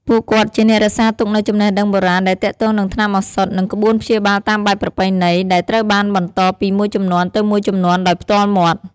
ពួកគាត់ជាអ្នករក្សាទុកនូវចំណេះដឹងបុរាណដែលទាក់ទងនឹងថ្នាំឱសថ និងក្បួនព្យាបាលតាមបែបប្រពៃណី ដែលត្រូវបានបន្តពីមួយជំនាន់ទៅមួយជំនាន់ដោយផ្ទាល់មាត់។